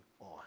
on